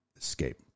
escape